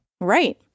Right